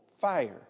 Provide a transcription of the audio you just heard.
fire